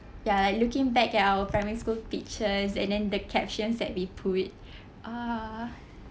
ya like looking back at our primary school pictures and then the captions that we put it ah